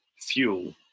fuel